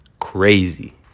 crazy